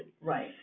Right